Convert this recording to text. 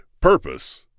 Purpose